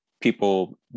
people